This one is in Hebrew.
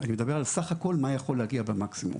אני מדבר על סך הכול מה יכול להגיע במקסימום.